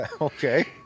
Okay